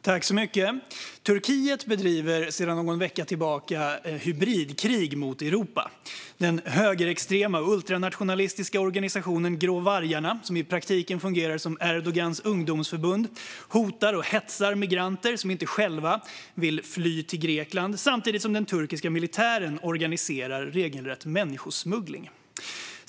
Fru talman! Turkiet bedriver sedan någon vecka tillbaka hybridkrig mot Europa. Den högerextrema och ultranationalistiska organisationen Grå vargarna, som i praktiken fungerar som Erdogans ungdomsförbund, hotar och hetsar migranter som inte själva vill fly till Grekland. Samtidigt organiserar den turkiska militären regelrätt människosmuggling.